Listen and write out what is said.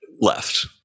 left